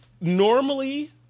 normally